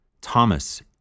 Thomas